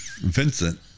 Vincent